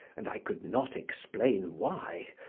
and i could not explain why,